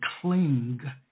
cling